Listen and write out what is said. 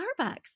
Starbucks